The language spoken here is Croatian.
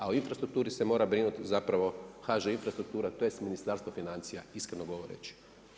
A u infrastrukturu se mora brinuti, zapravo HŽ infrastruktura, tj. Ministarstvo financija iskreno govoreći.